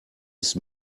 ist